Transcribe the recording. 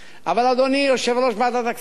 אבל, אדוני יושב-ראש ועדת הכספים,